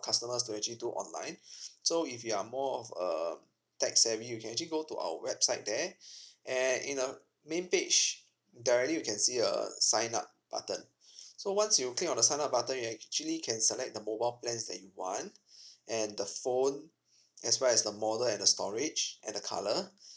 customers to actually do online so if you are more of um tech savvy you can actually go to our website there and in a main page directly you can see a sign up button so once you click on the sign up button you actually can select the mobile plans that you want and the phone as well as the model and the storage and the colour